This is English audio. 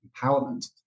empowerment